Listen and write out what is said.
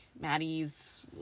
Maddie's